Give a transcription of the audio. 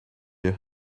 you